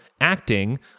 acting